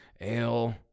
ale –